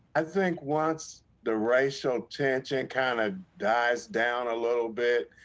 i think once the racial tension kind of dies down a little bit.